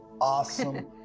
awesome